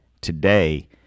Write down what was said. today